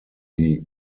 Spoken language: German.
die